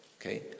Okay